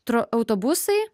tro autobusai